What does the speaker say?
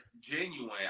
genuine